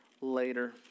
later